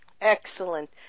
Excellent